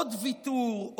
עוד ויתור,